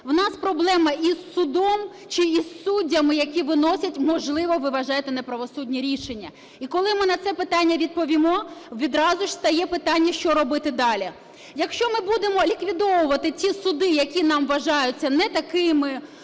у нас проблема із судом чи із суддями, які виносять, можливо, ви вважаєте, неправосудні рішення? І коли ми на це питання відповімо, відразу ж стає питання, що робити далі. Якщо ми будемо ліквідовувати ті суди, які нам вважаються не такими,